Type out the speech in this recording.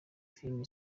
filime